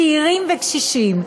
צעירים וקשישים,